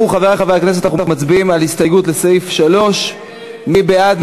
אנחנו מצביעים על הסתייגות לסעיף 3. מי בעד?